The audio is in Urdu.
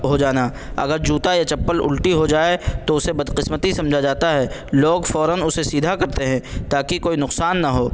ہو جانا اگر جوتا یا چپل الٹی ہو جائے تو اسے بدقسمتی سمجھا جاتا ہے لوگ فوراً اسے سیدھا کرتے ہیں تاکہ کوئی نقصان نہ ہو